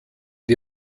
die